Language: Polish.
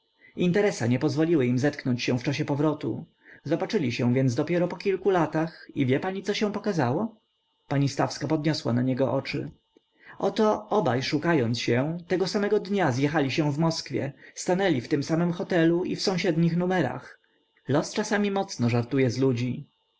interesa nie pozwoliły im zetknąć się w czasie powrotu zobaczyli się więc dopiero po kilku latach i wie pani co się pokazało pani stawska podniosła na niego oczy oto obaj szukając się tego samego dnia zjechali się w moskwie stanęli w tym samym hotelu i w sąsiednich numerach los czasami mocno żartuje z ludzi